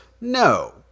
No